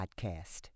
podcast